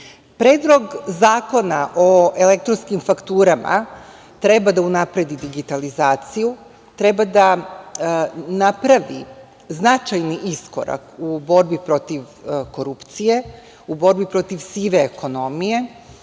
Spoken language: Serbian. zakona o elektronskim fakturama treba da unapredi digitalizaciju, treba da napravi značajni iskorak u borbi protiv korupcije, u borbi protiv sive ekonomije,